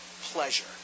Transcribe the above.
pleasure